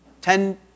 Ten